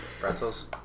Pretzels